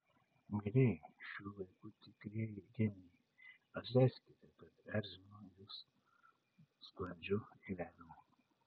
mielieji šių laikų tikrieji genijai atleiskite kad erzinu aš jus sklandžiu eiliavimu